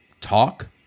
talk